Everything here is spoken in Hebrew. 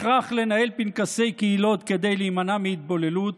הכרח לנהל פנקסי קהילות כדי להימנע מהתבוללות,